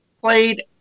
played